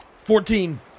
Fourteen